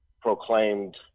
proclaimed